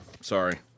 Sorry